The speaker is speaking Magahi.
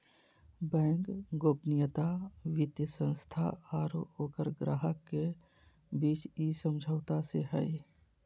बैंक गोपनीयता वित्तीय संस्था आरो ओकर ग्राहक के बीच इ समझौता से हइ